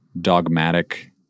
dogmatic